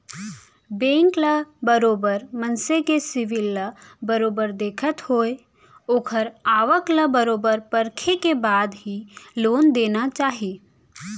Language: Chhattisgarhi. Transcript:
बेंक ल बरोबर मनसे के सिविल ल बरोबर देखत होय ओखर आवक ल बरोबर परखे के बाद ही लोन देना चाही